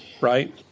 right